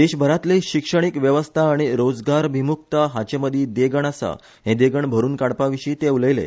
देशभरांतली शिक्षणीक व्यवस्था आनी रोजगाराभिमुक्ता हांचेमदी देगण आसा हे देगण भरुन काडपाविशी ते उलयले